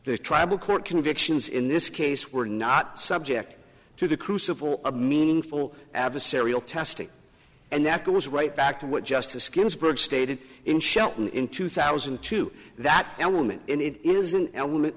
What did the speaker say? the tribal court convictions in this case were not subject to the crucible of meaningful adversarial testing and that goes right back to what justice ginsburg stated in shelton in two thousand and two that element in it is an element